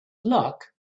luck